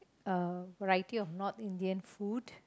uh variety of North Indian food